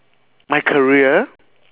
my career